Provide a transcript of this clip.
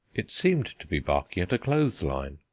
it seemed to be barking at a clothes-line,